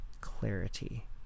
Clarity